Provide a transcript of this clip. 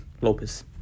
Lopez